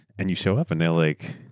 and you show up and they're like,